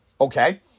Okay